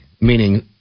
Meaning